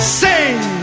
sing